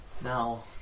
Now